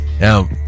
Now